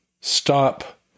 stop